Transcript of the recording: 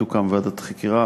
תוקם ועדת חקירה.